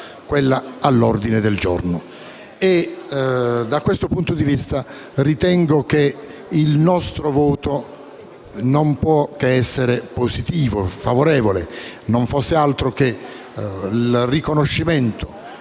quella all'ordine del giorno.